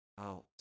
out